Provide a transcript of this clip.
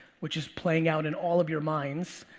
which is playing out in all of your minds.